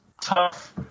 tough